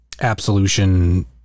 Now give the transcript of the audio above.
Absolution